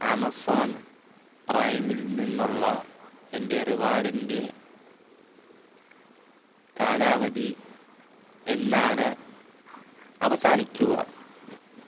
Amazon പ്രൈമിൽ നിന്നുള്ള എൻ്റെ റിവാർഡിൻ്റെ കാലാവധി എന്നാണ് അവസാനിക്കുക